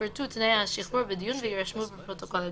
יפורטו תנאי השחרור בדיון ויירשמו בפרוטוקול הדיון,